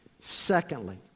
Secondly